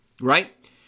right